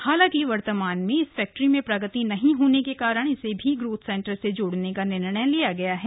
हालांकि वर्तमान में इस फैक्टरी में प्रगति नहीं होने के कारण इसे भी ग्रोथ सेन्टर से जोड़ने का निर्णय लिया गया है